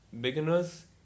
beginners